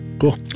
cool